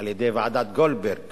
על-ידי ועדת-גולדברג